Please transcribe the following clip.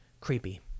creepy